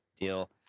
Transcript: deal